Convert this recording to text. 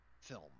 film